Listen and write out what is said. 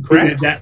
granted that